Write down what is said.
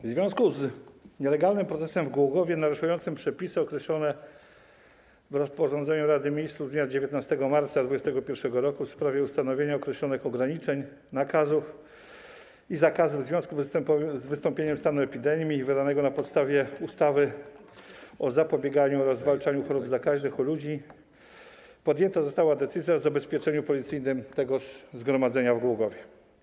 W związku z nielegalnym protestem w Głogowie, naruszającym przepisy określone w rozporządzeniu Rady Ministrów z dnia 19 marca 2021 r. w sprawie ustanowienia określonych ograniczeń, nakazów i zakazów w związku z wystąpieniem stanu epidemii, wydanym na podstawie ustawy o zapobieganiu oraz zwalczaniu zakażeń i chorób zakaźnych u ludzi, podjęta została decyzja o zabezpieczeniu policyjnym tegoż zgromadzenia w Głogowie.